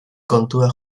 kontua